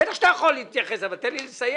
בטח שאתה יכול להתייחס, אבל תן לי רק לסיים.